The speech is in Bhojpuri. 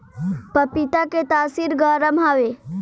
पपीता के तासीर गरम हवे